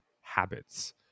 habits